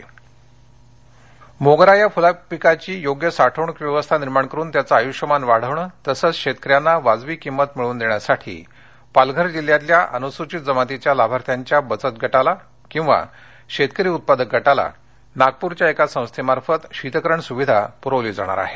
मोगरा पालघर मोगरा या फुलपिकाची योग्य साठवणूक व्यवस्था निर्माण करुन त्याचं आयृष्यमान वाढवणं तसंच शेतकऱ्यांना वाजवी किमत मिळवून देण्यासाठी पालघर जिल्ह्यातल्या अनुसूचित जमातीच्या लाभाथ्याच्या बचत गटाला किवा शेतकरी उत्पादक गटाला नागप्रच्या एका संस्थेमार्फत शितकरण सुविधा पूरवली जाणार आहे